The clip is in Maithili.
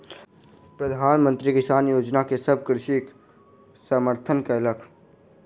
प्रधान मंत्री किसान योजना के सभ कृषक समर्थन कयलक